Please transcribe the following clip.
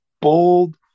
bold